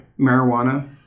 marijuana